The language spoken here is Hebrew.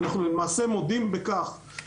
אנחנו למעשה מודים בכך